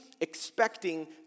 expecting